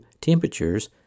temperatures